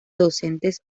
docentes